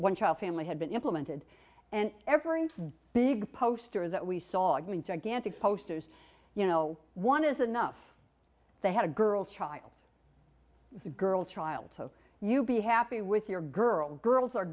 one child family had been implemented and every big poster that we saw going gigantic posters you know one is enough they had a girl child girl child so you'd be happy with your girl girls are